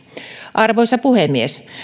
arvoisa puhemies